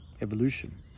evolution